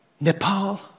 Nepal